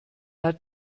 hat